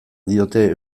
diote